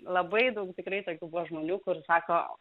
labai daug tikrai tokių žmonių kur sako